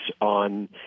on –